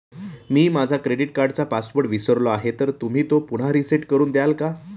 मी माझा क्रेडिट कार्डचा पासवर्ड विसरलो आहे तर तुम्ही तो पुन्हा रीसेट करून द्याल का?